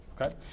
okay